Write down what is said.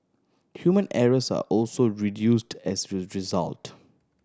human errors are also reduced as a result